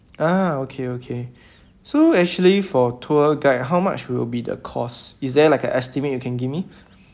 ah okay okay so actually for tour guide how much will be the cost is there like a estimate you can give me